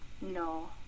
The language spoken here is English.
No